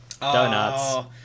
Donuts